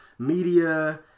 Media